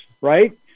right